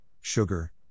sugar